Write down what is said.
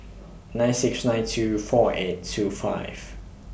nine six nine two four eight two five